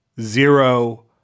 zero